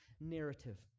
narrative